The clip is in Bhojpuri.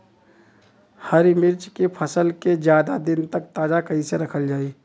हरि मिर्च के फसल के ज्यादा दिन तक ताजा कइसे रखल जाई?